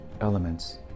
elements